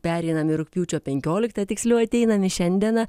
pereinam į rugpjūčio penkioliktą tiksliau ateinam į šiandieną